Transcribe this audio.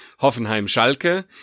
Hoffenheim-Schalke